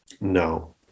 no